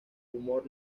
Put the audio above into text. humor